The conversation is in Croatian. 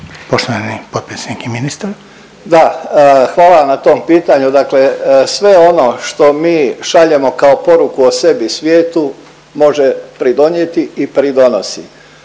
**Božinović, Davor (HDZ)** Da, hvala vam na tom pitanju, dakle sve ono što mi šaljemo kao poruku o sebi i svijetu može pridonijeti i pridonosi.